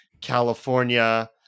California